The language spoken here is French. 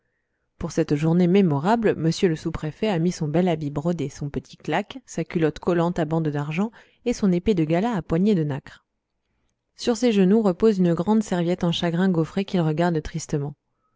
pour cette journée mémorable m le sous-préfet a mis son bel habit brodé son petit claque sa culotte collante à bandes d'argent et son épée de gala à poignée de nacre sur ses genoux repose une grande serviette en chagrin gaufré qu'il regarde tristement